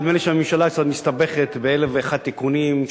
נדמה לי שהממשלה קצת מסתבכת באלף ואחד תיקונים,